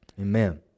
Amen